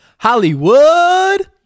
Hollywood